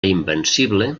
invencible